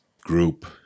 group